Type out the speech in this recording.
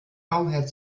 bauherr